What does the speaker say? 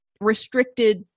restricted